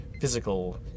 physical